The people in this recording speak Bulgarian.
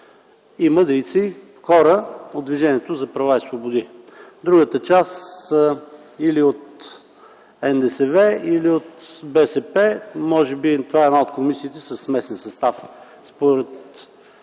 има дейци, хора от Движението за права и свободи, а другата част са или от НДСВ, или от БСП. Може би това е една от комисиите със смесен състав,